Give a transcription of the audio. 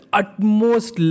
utmost